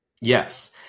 Yes